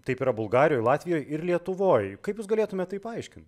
taip yra bulgarijoj latvijoj ir lietuvoj kaip jūs galėtumėt tai paaiškin